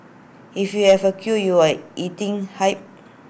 if you have queue you are eating hype